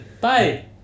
Bye